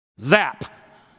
zap